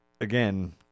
Again